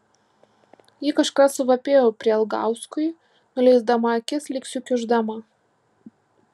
ji kažką suvapėjo prielgauskui nuleisdama akis lyg sukiuždama